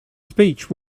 speech